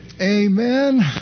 amen